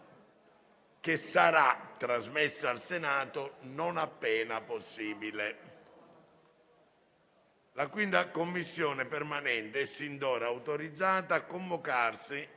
La 5a Commissione permanente è sin d'ora autorizzata a convocarsi